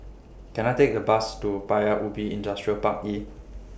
Can I Take A Bus to Paya Ubi Industrial Park E